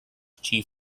chief